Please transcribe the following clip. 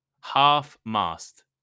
Half-mast